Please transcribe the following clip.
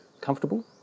comfortable